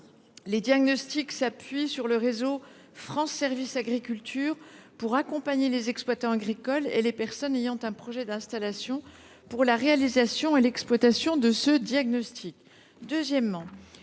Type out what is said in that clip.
les diagnostics s’appuient sur le réseau France Services agriculture, qui aura pour mission d’accompagner les exploitants agricoles et les personnes ayant un projet d’installation dans la réalisation et l’exploitation de ce diagnostic.